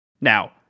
Now